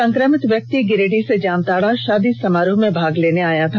संक्रमित व्यक्ति गिरिडीह से जामताड़ा शादी समारोह में भाग लेने आया था